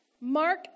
Mark